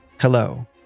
Hello